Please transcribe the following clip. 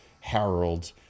Harold